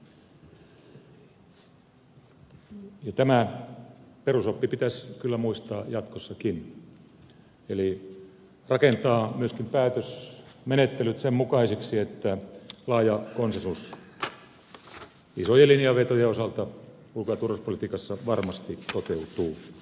tämä perusoppi pitäisi kyllä muistaa jatkossakin eli rakentaa myöskin päätösmenettelyt sen mukaisiksi että laaja konsensus isojen linjanvetojen osalta ulko ja turvallisuuspolitiikassa varmasti toteutuu